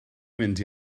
mynd